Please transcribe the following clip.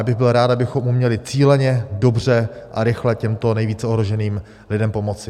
A já bych byl rád, abychom uměli cíleně, dobře a rychle těmto nejvíce ohroženým lidem pomoci.